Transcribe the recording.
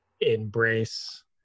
embrace